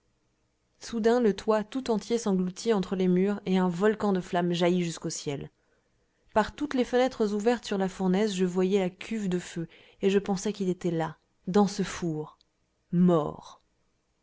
soudain le toit tout entier s'engloutit entre les murs et un volcan de flammes jaillit jusqu'au ciel par toutes les fenêtres ouvertes sur la fournaise je voyais la cuve de feu et je pensais qu'il était là dans ce four mort